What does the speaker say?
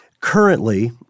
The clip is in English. currently